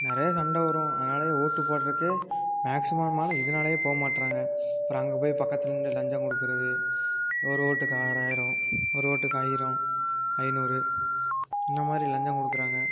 நிறையா சண்டை வரும் அதனாலயே ஓட்டு போட்றதுக்கே மேக்சிமம் நம்ம ஆள் இதனாலேயே போக மாட்றாங்க அப்புறம் அங்கே போய் பக்கத்தில் நின்று லஞ்சம் குடுக்கிறது ஒரு ஓட்டுக்கு ஆறாயிரம் ஒரு ஓட்டுக்கு ஆயிரம் ஐந்நூறு இந்த மாதிரி லஞ்சம் குடுக்கிறாங்க